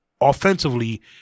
Offensively